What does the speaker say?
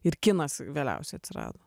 ir kinas vėliausiai atsirado